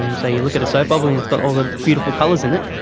um so you look at a soap bubble and it's got all the beautiful colours in it.